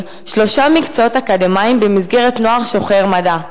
שלושה מקצועות אקדמיים במסגרת נוער שוחר מדע.